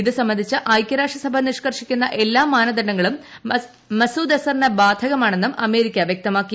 ഇത് സംബന്ധിച്ച് ഐക്യരാഷ്ട്ര സഭ നിഷ്കർഷിക്കുന്ന എല്ലാ മാനദണ്ഡങ്ങളും മസൂദ് അസറിന് ബാധകമാണെന്നും അമേരിക്ക വ്യക്തമാക്കി